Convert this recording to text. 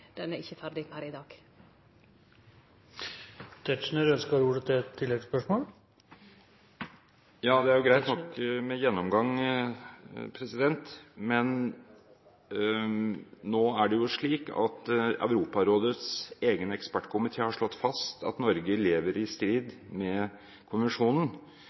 er ikkje ferdig per i dag. Ja, det er greit nok med gjennomgang, men nå er det jo slik at Europarådets egen ekspertkomité har slått fast at Norge lever i strid med konvensjonen.